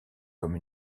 comme